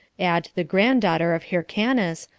add the granddaughter of hyrcanus,